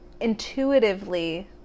Intuitively